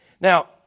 Now